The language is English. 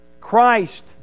Christ